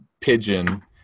pigeon